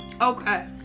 Okay